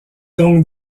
donc